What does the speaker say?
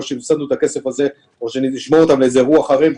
או נשמור אותם לאיזה אירוע חריג,